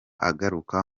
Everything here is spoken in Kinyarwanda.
agaruka